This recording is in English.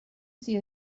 see